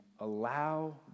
Allow